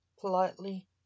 politely